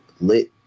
lit